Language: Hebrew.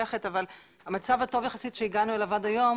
לתת מענה בדיוק על הדברים שאתם מדברים עליהם -- משותף עם